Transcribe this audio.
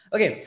Okay